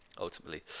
ultimately